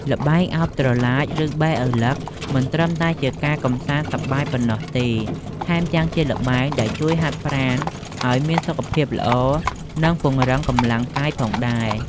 ល្បែងឱបត្រឡាច ឬបេះឳឡឹក មិនត្រឹមតែជាការកម្សាន្តសប្បាយប៉ុណ្ណោះទេ ថែមទាំងជាល្បែងដែលជួយហាត់ប្រាណឲ្យមានសុខភាពល្អ និងពង្រឹងកម្លាំងកាយផងដែរ។